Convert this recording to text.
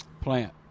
plant